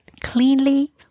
Cleanly